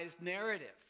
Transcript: narrative